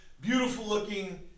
beautiful-looking